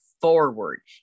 forward